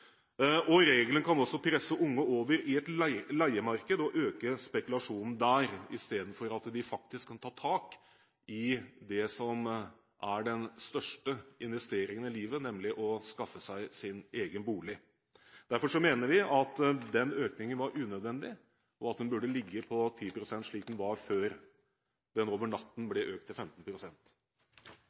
boligmarkedet. Regelen kan også presse unge over i et leiemarked og øke spekulasjonen der, i stedet for at de faktisk kan ta tak i det som er den største investeringen i livet, nemlig å skaffe seg sin egen bolig. Derfor mener vi at den økningen var unødvendig, og at kravet burde ligge på 10 pst., slik det var, før det over natten ble økt til